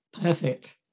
Perfect